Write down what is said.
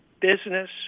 Business